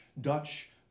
Dutch